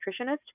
nutritionist